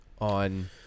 on